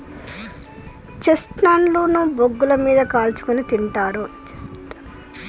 chestnut ను బొగ్గుల మీద కాల్చుకుని తింటారు